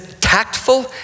tactful